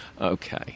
okay